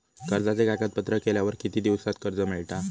कर्जाचे कागदपत्र केल्यावर किती दिवसात कर्ज मिळता?